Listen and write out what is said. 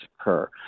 occur